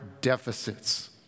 deficits